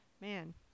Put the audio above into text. man